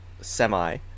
semi